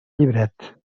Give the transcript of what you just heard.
llibret